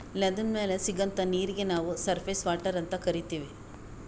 ನೆಲದ್ ಮ್ಯಾಲ್ ಸಿಗಂಥಾ ನೀರೀಗಿ ನಾವ್ ಸರ್ಫೇಸ್ ವಾಟರ್ ಅಂತ್ ಕರೀತೀವಿ